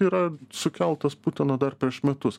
yra sukeltos putino dar prieš metus